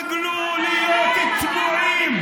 תתרגלו להיות צבועים.